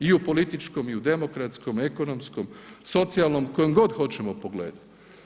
I u političkom i u demokratskom, ekonomskom, socijalnom, kojem god hoćemo pogledu.